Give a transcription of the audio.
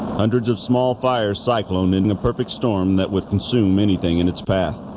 hundreds of small fire cyclone in the perfect storm, that would consume anything in its path